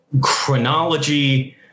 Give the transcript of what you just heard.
chronology